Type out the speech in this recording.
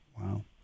Wow